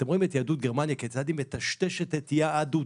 אתם רואים את יהדות גרמניה כיצד היא מטשטשת את יהדותה,